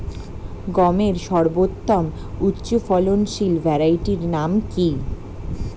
গমের সর্বোত্তম উচ্চফলনশীল ভ্যারাইটি নাম কি?